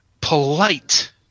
polite